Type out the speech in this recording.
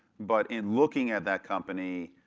but in looking at that company,